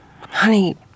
honey